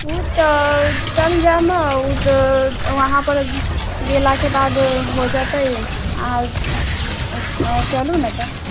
ओ तऽ चल जायब ओ तऽ वहाँपर गेलाके बाद हो जतै हँ चलू ने तऽ